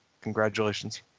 congratulations